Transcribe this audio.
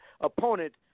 opponent